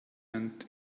and